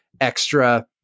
extra